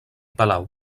palau